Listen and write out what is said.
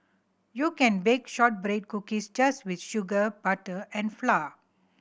you can bake shortbread cookies just with sugar butter and flour